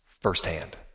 firsthand